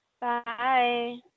Bye